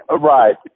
Right